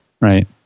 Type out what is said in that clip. Right